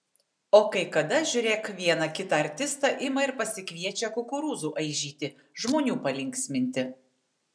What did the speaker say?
o kai kada žiūrėk vieną kitą artistą ima ir pasikviečia kukurūzų aižyti žmonių palinksminti